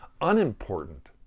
unimportant